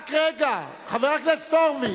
רק רגע, חבר הכנסת הורוביץ.